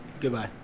Goodbye